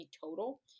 total